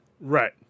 Right